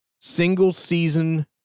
single-season